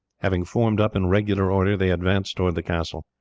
having formed up in regular order, they advanced towards the castle.